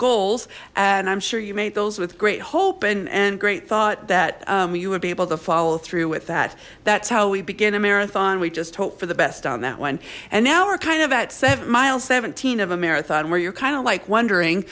goals and i'm sure you made those with great hope and and great thought that you would be able to follow through with that that's how we begin a marathon we just hope for the best on that one and now we're kind of at seven mile seventeen of a marathon where you're kind of like wondering